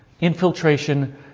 Infiltration